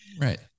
Right